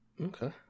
Okay